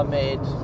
made